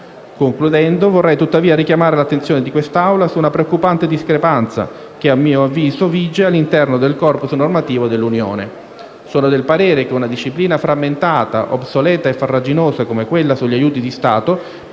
Concludendo vorrei tuttavia richiamare l'attenzione di quest'Aula su una preoccupante discrepanza che, a mio avviso, vige all'interno del *corpus* normativo dell'Unione. Sono del parere che una disciplina frammentata, obsoleta e farraginosa come quella sugli aiuti di stato